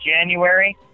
January